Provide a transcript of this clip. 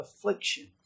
affliction